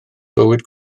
bywyd